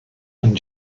and